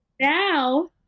Now